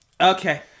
Okay